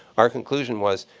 our conclusion was,